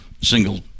single